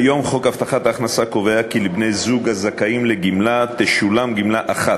כיום חוק הבטחת הכנסה קובע כי לבני-זוג הזכאים לגמלה תשולם גמלה אחת,